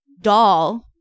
doll